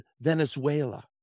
Venezuela